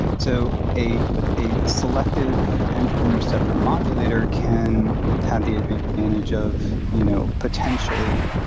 so a a selective androgen receptor modulator can have the advantage of you know potentially